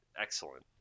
excellent